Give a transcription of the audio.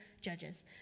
judges